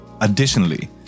Additionally